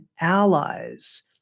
allies